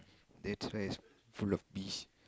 that's why he's full of bees